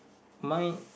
my